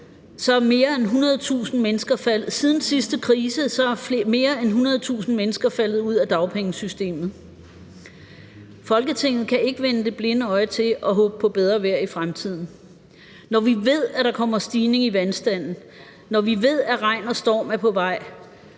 siden sidste krise er mere end 100.000 mennesker faldet ud af dagpengesystemet. Folketinget kan ikke vende det blinde øje til og håbe på bedre vejr i fremtiden. Når vi ved, at der kommer en stigning i vandstanden, når vi ved, at regn og storm er på vej,